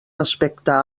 respecte